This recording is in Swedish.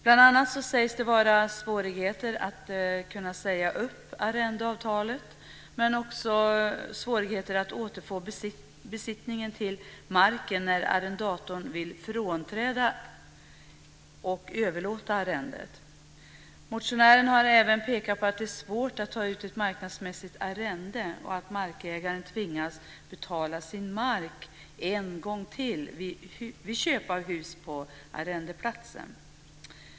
Bl.a. sägs det vara svårigheter med att säga upp arrendeavtalet, men också svårigheter att återfå besittningen av marken när arrendatorn vill frånträda och överlåta arrendet. Motionären har även pekat på att det är svårt att ta ut ett marknadsmässigt arrende och att markägaren tvingas betala sin mark en gång till vid köp av hus på arrendeplatsen.